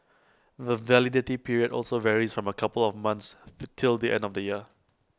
the validity period also varies from A couple of months till the end of the year